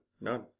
none